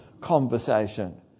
conversation